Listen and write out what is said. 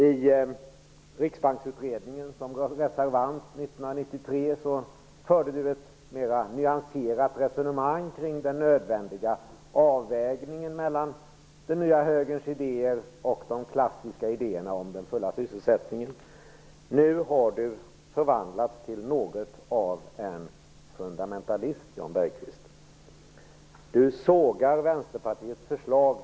I Riksbanksutredningen 1993 förde han som reservant ett mer nyanserat resonemang kring den nödvändiga avvägningen mellan den nya högerns idéer och de klassiska idéerna om den fulla sysselsättningen. Nu har Jan Bergqvist förvandlats till något av en fundamentalist. Med oerhört förenklade argument sågar han Vänsterpartiets förslag.